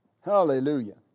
Hallelujah